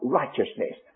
righteousness